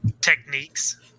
techniques